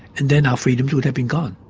and then our freedoms would have been gone.